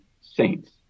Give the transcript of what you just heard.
saints